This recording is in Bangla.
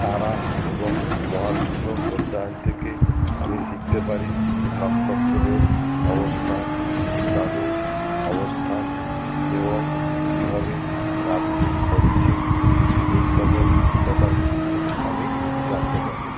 তারা এবং মহাবিশ্ব অধ্যায়ন থেকে আমি শিখতে পারি নক্ষত্রদের অবস্থান চাঁদের অবস্থান এবং কীভাবে রাত দিন হচ্ছে এই সকল ব্যাপারগুলি আমি জানতে পারি